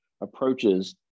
approaches